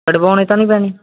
ਕਢਵਾਉਂਣੇ ਤਾਂ ਨਹੀਂ ਪੈਣੇ